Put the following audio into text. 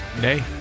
day